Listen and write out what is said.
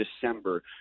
December